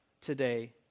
today